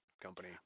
company